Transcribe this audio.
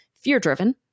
fear-driven